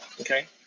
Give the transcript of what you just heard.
Okay